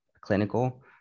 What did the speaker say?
clinical